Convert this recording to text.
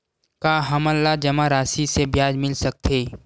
का हमन ला जमा राशि से ब्याज मिल सकथे?